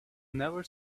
never